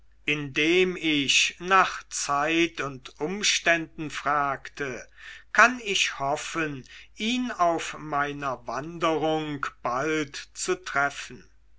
indem ich nach zeit und umständen fragte kann ich hoffen ihn auf meiner wanderung bald zu treffen